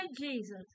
Jesus